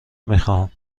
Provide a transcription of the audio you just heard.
میخواهم